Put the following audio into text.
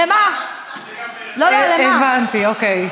הבנתי, אוקיי.